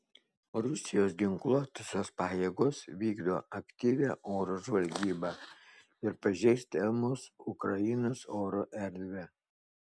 rusijos ginkluotosios pajėgos vykdo aktyvią oro žvalgybą ir pažeisdamos ukrainos oro erdvę